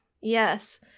Yes